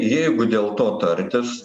jeigu dėl to tartis